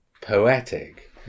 poetic